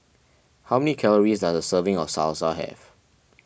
how calories does a serving of Salsa have